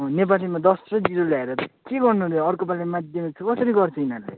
नेपालीमा दस र जिरो ल्याएर के गर्नु अरे अर्को पाली माध्यमिक चाहिँ कसरी गर्छ यिनीहरूले